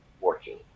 working